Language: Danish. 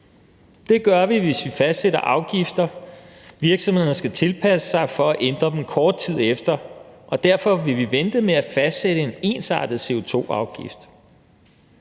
Det gør vi, hvis vi fastsætter afgifter, som virksomhederne skal tilpasse sig, for at ændre dem kort tid efter, og derfor vil vi vente med at fastsætte en ensartet CO2-afgift.